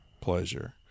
pleasure